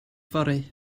fory